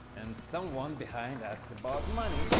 and someone behind asks about money.